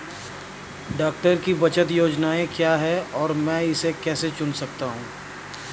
डाकघर की बचत योजनाएँ क्या हैं और मैं इसे कैसे चुन सकता हूँ?